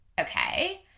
Okay